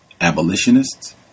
Abolitionists